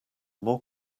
more